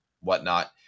whatnot